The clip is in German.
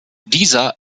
dieser